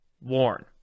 warn